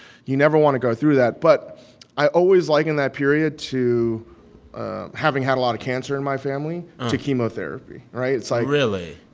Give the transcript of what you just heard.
you never want to go through that. but i always liken that period to having had a lot of cancer in my family to chemotherapy, right? it's like. really?